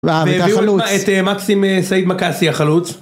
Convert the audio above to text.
והביאו לה את מקסים סעיד מקסי החלוץ